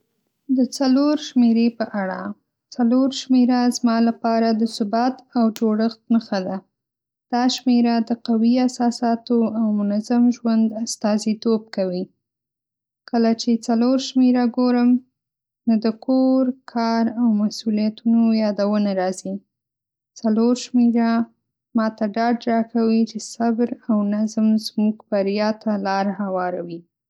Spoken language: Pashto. د ۴ شمېرې په اړه: ۴ شمېره زما لپاره د ثبات او جوړښت نښه ده. دا شمېره د قوي اساساتو او منظم ژوند استازیتوب کوي. کله چې ۴ شمېره ګورم، نو د کور، کار او مسؤلیتونو یادونه راځي. ۴ شمېره ماته ډاډ راکوي چې صبر او نظم زموږ بریا ته لار هواروي.